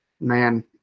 man